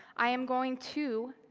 i am going to